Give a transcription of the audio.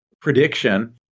prediction